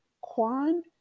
Kwan